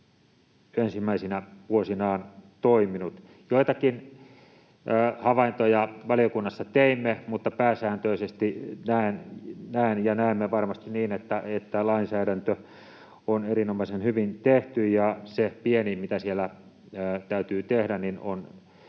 ensimmäisinä vuosinaan toiminut. Joitakin havaintoja valiokunnassa teimme, mutta pääsääntöisesti näen ja näemme varmasti niin, että lainsäädäntö on erinomaisen hyvin tehty, ja se pieni, mitä siellä täytyy tehdä, on